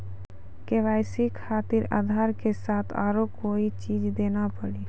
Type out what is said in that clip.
KYC खातिर आधार के साथ औरों कोई चीज देना पड़ी?